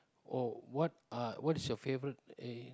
oh what are what is your favourite eh